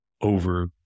over